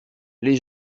les